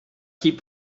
keep